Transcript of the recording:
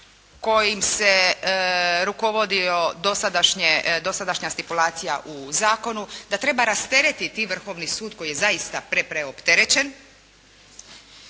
kojim se rukovodio dosadašnje, dosadašnja stipulacija u zakonu da treba rasteretiti Vrhovni sud koji je zaista pre, preopterećen,